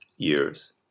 Years